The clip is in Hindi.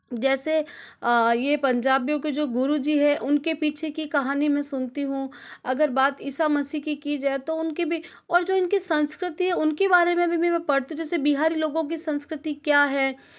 जैसे ये पंजाबियों के जो गुरुजी है उनके पीछे की कहानी में सुनती हूँ अगर बात ईसा मसीह की की जाए तो उनकी भी और जो उनकी संस्कृति है उनके बारे में भी मैं पढ़ती हूँ जैसे बिहारी लोगों की संस्कृति क्या है